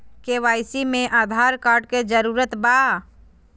KYC में Aadhaar card के जरूरत बा?